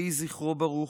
יהי זכרו ברוך.